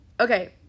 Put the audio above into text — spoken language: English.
Okay